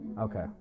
Okay